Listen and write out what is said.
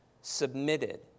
submitted